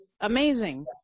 amazing